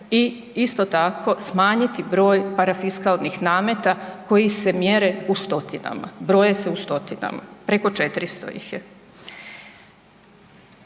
i isto tako smanjiti broj parafiskalnih nameta koji se mjere u stotinama, broje se u stotinama, preko 400 ih je.